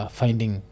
finding